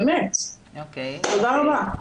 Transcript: תודה רבה.